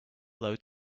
low